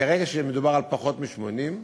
כרגע, כשמדובר על פחות מ-80,